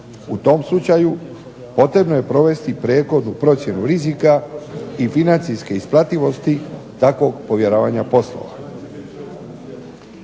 u tom slučaju potrebno je provesti prethodnu procjenu rizika i financijske isplativosti takvog povjeravanja poslova.